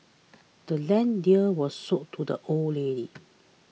the land's deed was sold to the old lady